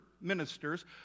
ministers